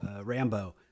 Rambo